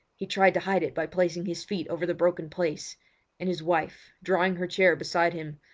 he tried to hide it by placing his feet over the broken place and his wife, drawing her chair beside him,